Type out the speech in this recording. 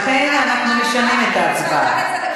לכן אנחנו נשנה את ההצבעה.